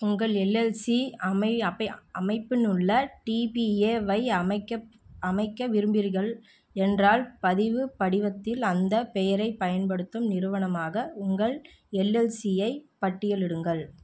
உங்கள் L L C அமை அப்பைய அமைப்பினுள்ள டி பி ஏ வை அமைக்க அமைக்க விரும்புகிறீர்கள் என்றால் பதிவுப் படிவத்தில் அந்தப் பெயரைப் பயன்படுத்தும் நிறுவனமாக உங்கள் எல் எல் சியைப் பட்டியலிடுங்கள்